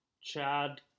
Chad